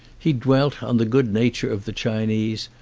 he dwelt on the good-nature of the chinese,